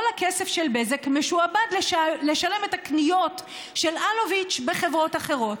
כל הכסף של בזק משועבד לשלם את הקניות של אלוביץ' בחברות אחרות.